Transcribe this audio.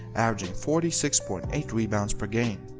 averaging forty six point eight rebounds per game.